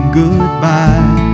goodbye